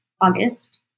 August